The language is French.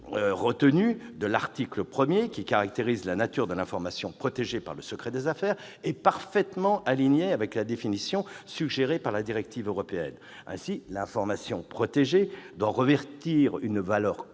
rédaction de l'article 1, qui caractérise la nature de l'information protégée par le secret des affaires, est parfaitement alignée avec la définition suggérée par la directive européenne. L'information protégée doit ainsi revêtir,